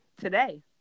Today